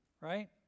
right